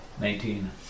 Nineteen